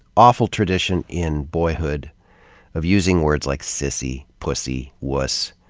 awful tradition in boyhood of using words like sissy, pussy, wuss,